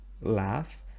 laugh